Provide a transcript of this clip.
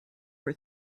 were